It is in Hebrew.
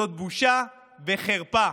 זאת בושה וחרפה.